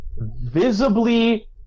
Visibly